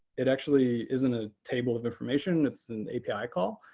it actually isn't a table of information. it's an api call.